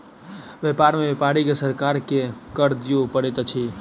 व्यापार में व्यापारी के सरकार के कर दिअ पड़ैत अछि